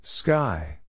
Sky